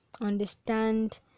understand